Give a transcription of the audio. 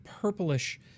purplish